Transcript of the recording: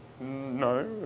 No